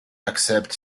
accept